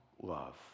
love